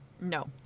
no